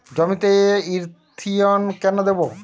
জমিতে ইরথিয়ন কেন দেবো?